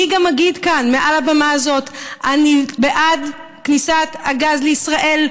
אני גם אגיד כאן מעל הבמה הזאת: אני בעד כניסת הגז לישראל.